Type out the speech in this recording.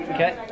Okay